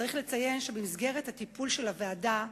צריך לציין שבמסגרת הטיפול של הוועדה,